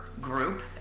group